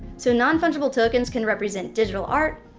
so non-fungible tokens can represent digital art,